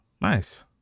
Nice